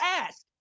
ask